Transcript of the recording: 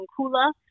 Kula